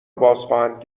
بازخواهند